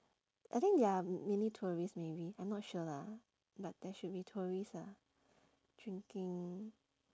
I think there are many tourists maybe I'm not sure lah but there should be tourists ah drinking